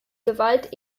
gewalt